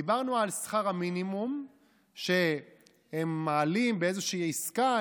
דיברנו על שכר המינימום שהם מעלים באיזושהי עסקה.